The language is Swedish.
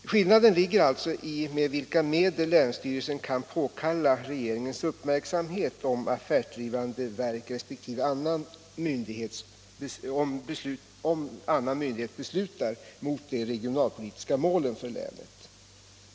Skillnaden ligger alltså i med vilka medel länsstyrelse kan påkalla regeringens uppmärksamhet om affärsdrivande verk resp. annan myndighet beslutar mot de regionalpolitiska målen för länet.